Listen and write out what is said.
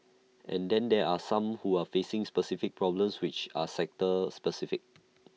and then there are some who are facing specific problems which are sector specific